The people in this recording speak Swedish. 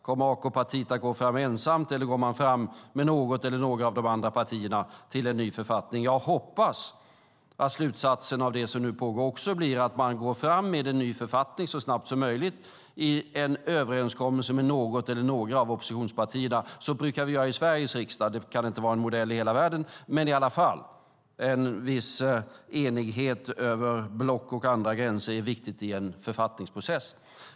Kommer AKP att gå fram ensamt, eller går man fram med något eller några av de andra partierna till en ny författning? Jag hoppas att slutsatsen av det som nu pågår blir att man går fram med en ny författning så snabbt som möjligt i en överenskommelse med något eller några av oppositionspartierna. Så brukar vi göra i Sveriges riksdag. Det kan inte vara en modell i hela världen, men det är i alla fall viktigt med en viss enighet över blockgränser och andra gränser i en författningsprocess.